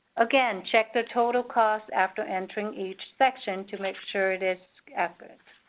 again, check the total cost after entering each section to make sure it is accurate.